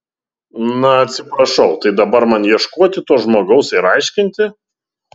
na atsiprašau tai dabar man ieškoti to žmogaus ir aiškinti